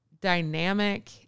dynamic